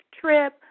trip